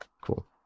cool